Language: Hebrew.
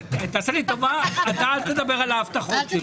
תעשה לי טובה, אתה אל תדבר על ההבטחות שלי.